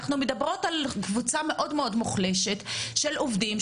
אנחנו מדברות על קבוצה מאוד-מאוד מוחלשת של עובדים.